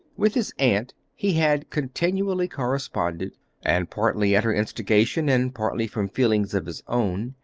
with his aunt he had continually corresponded, and partly at her instigation, and partly from feelings of his own,